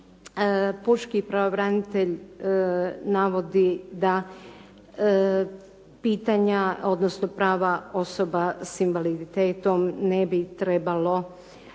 pučki pravobranitelj navodi da pitanja odnosno prava osoba s invaliditetom i njihovu